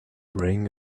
wearing